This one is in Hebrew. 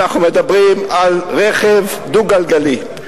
אנחנו מדברים על רכב דו-גלגלי,